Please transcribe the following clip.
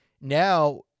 now